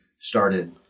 started